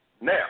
Now